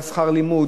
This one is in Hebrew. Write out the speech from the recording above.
שכר לימוד,